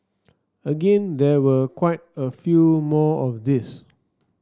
again there were quite a few more of these